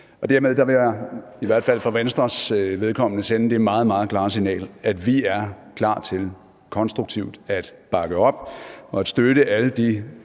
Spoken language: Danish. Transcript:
Dermed vil jeg i hvert fald for Venstres vedkommende sende det meget, meget klare signal, at vi er klar til konstruktivt at bakke op og støtte alle de